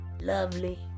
lovely